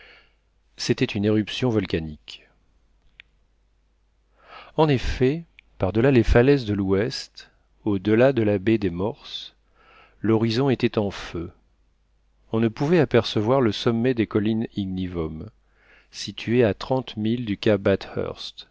c'était une éruption volcanique en effet par-delà les falaises de l'ouest au-delà de la baie des morses l'horizon était en feu on ne pouvait apercevoir le sommet des collines ignivomes situées à trente milles du cap bathurst